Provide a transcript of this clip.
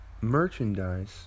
Merchandise